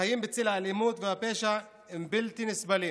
החיים בצל האלימות והפשע הם בלתי נסבלים.